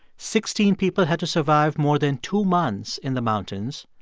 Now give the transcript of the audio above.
sixteen people had to survive more than two months in the mountains.